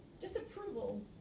Disapproval